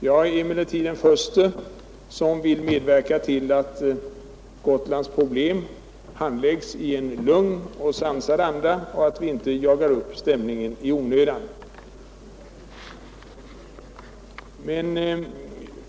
Jag är emellertid den förste som vill medverka till att Gotlands problem handläggs i en lugn och sansad anda och att vi inte jagar upp stämningen i onödan.